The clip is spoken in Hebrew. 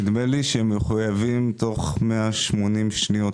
נדמה לי שהם מחויבים לענות תוך 180 שניות.